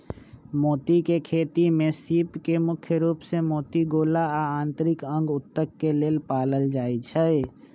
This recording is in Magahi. मोती के खेती में सीप के मुख्य रूप से मोती गोला आ आन्तरिक अंग उत्तक के लेल पालल जाई छई